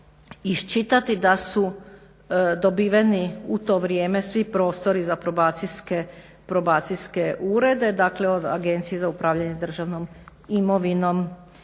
iščitati da su dobiveni u to vrijeme svi prostori za probacijske urede, dakle od Agencije za upravljanje državnom imovinom